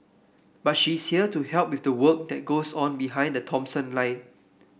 but she's here to help with the work that goes on behind the Thomson line